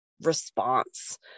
response